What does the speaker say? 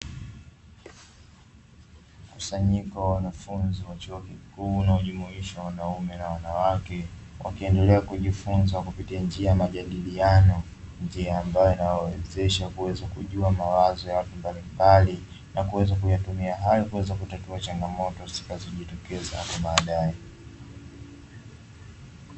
Mkusanyiko wa wanafunzi wa chuo kikuu unaojumuisha wanaume na wanawake wakiendelea kujifunza kupitia njia ya majadiliano, njia ambayo inawawezeaha kuweza kujua mawazo ya watu mbalimbali na kuweza kuyatumia hayo kuweza kutatua changamoto zitakazojitokeza hapo baadae.